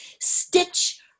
stitch